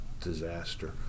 disaster